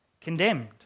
condemned